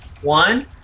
one